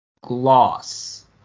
gloss